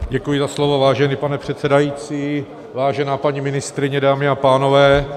Děkuji za slovo, vážený pane předsedající, vážená paní ministryně, dámy a pánové.